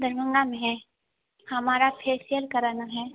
दरभंगा में है हमारा फेशियल कराना है